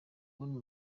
ubundi